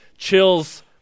Chills